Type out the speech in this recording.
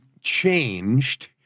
changed